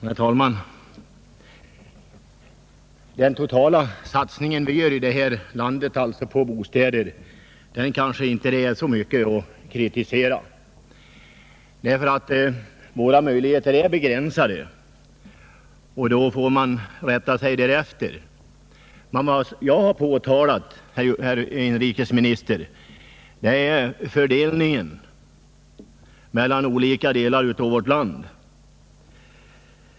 Herr talman! Den totala satsning på bostäder som vi gör i detta land kanske inte är så mycket att kritisera, ty våra möjligheter är begränsade, och då får vi rätta oss därefter. Men vad jag har påtalat, herr inrikesminister, är fördelningen mellan olika delar av vårt land.